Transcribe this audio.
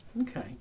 Okay